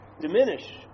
diminish